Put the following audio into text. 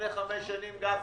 גפני,